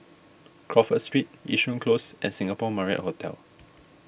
Crawford Street Yishun Close and Singapore Marriott Hotel